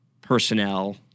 personnel